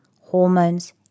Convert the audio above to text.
hormones